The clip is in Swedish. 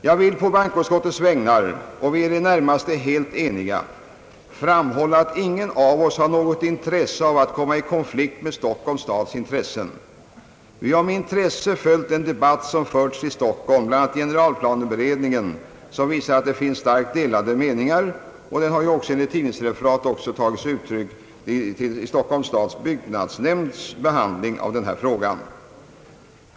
Jag vill å bankoutskottets vägnar — och vi är i det närmaste helt eniga — framhålla att ingen av oss har något intresse av att komma i konflikt med Stockholms stads intressen. Vi har med intresse följt den debatt som förts i Stockholm, bl.a.-i generalplaneberedningen, som visar att det finns starkt delade meningar, och den har enligt tidningsreferat också kommit till uttryck i Stockholms stads byggnadsnämnds behandling av frågan.